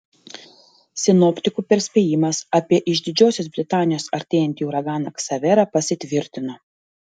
sinoptikų perspėjimas apie iš didžiosios britanijos artėjantį uraganą ksaverą pasitvirtino